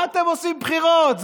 מה אתם עושים בחירות?